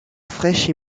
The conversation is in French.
fraîches